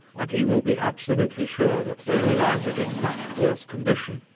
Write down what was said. and he will be absolutely sure that they were landed in much worse condition.